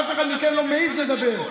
אף אחד מכם לא מעז לדבר,